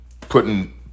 putting